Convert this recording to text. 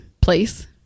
place